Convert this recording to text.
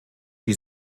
wie